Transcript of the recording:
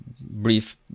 brief